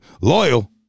Loyal